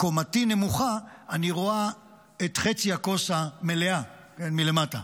שקומתי נמוכה אני רואה את חצי הכוס המלאה, מלמטה.